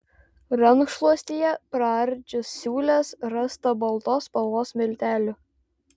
rankšluostyje praardžius siūles rasta baltos spalvos miltelių